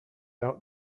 out